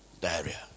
Diarrhea